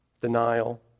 denial